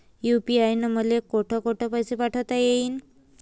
UPI न मले कोठ कोठ पैसे पाठवता येईन?